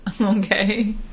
Okay